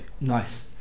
Nice